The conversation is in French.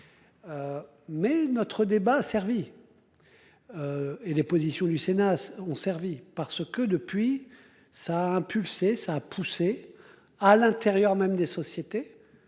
Mais notre débat servi. Et des positions du Sénat ont servi parce que depuis ça impulsé ça a poussé à l'intérieur même des sociétés